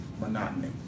monotony